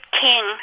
King